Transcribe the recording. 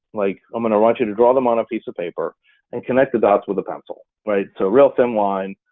like i'm gonna want you to draw them on a piece of paper and connect the dots with a pencil, right? so real thin line,